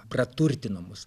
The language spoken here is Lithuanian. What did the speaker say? praturtino mus